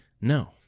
No